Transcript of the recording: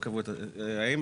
לא, אני מתנגד לדבר הזה.